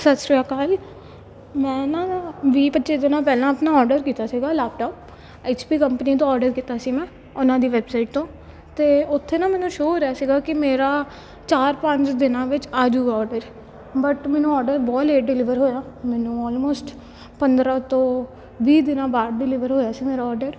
ਸਤਿ ਸ਼੍ਰੀ ਅਕਾਲ ਮੈਂ ਨਾ ਵੀਹ ਪੱਚੀ ਦਿਨਾਂ ਪਹਿਲਾਂ ਆਪਣਾ ਆਡਰ ਕੀਤਾ ਸੀਗਾ ਲੈਪਟੋਪ ਐਚ ਪੀ ਕੰਪਨੀ ਤੋਂ ਆਡਰ ਕੀਤਾ ਸੀ ਮੈਂ ਉਹਨਾਂ ਦੀ ਵੈਬਸਾਈਟ ਤੋਂ ਅਤੇ ਉੱਥੇ ਨਾ ਮੈਨੂੰ ਸ਼ੋ ਹੋ ਰਿਹਾ ਸੀਗਾ ਕਿ ਮੇਰਾ ਚਾਰ ਪੰਜ ਦਿਨਾਂ ਵਿੱਚ ਆ ਜਾਉ ਆਡਰ ਬਟ ਮੈਨੂੰ ਆਡਰ ਬਹੁਤ ਲੇਟ ਡਿਲੀਵਰ ਹੋਇਆ ਮੈਨੂੰ ਆਲਮੋਸਟ ਪੰਦਰਾਂ ਤੋਂ ਵੀਹ ਦਿਨਾਂ ਬਾਅਦ ਡਿਲੀਵਰ ਹੋਇਆ ਸੀ ਮੇਰਾ ਆਡਰ